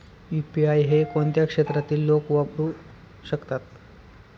UPI हे कोणत्या क्षेत्रातील लोक वापरू शकतात?